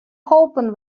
holpen